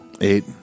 Eight